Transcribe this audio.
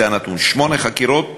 זה הנתון, שמונה חקירות.